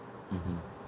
mmhmm